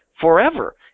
forever